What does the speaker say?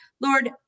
Lord